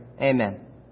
Amen